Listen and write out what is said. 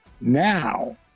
Now